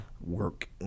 work